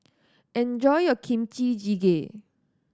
enjoy your Kimchi Jjigae